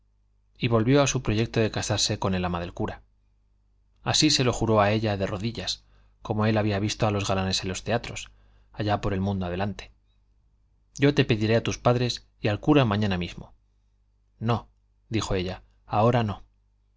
y volvió a su proyecto de casarse con el ama del cura así se lo juró a ella de rodillas como él había visto a los galanes en los teatros allá por el mundo adelante yo te pediré a tus padres y al cura mañana mismo no dijo ella ahora no